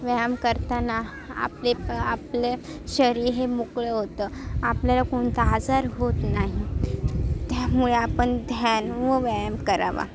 व्यायाम करताना आपले आपले शरीर हे मोकळं होतं आपल्याला कोणता आजार होत नाही त्यामुळे आपण ध्यान व व्यायाम करावा